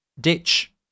ditch